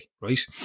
right